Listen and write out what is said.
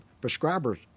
prescriber's